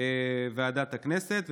ועדת הכנסת.